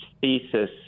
thesis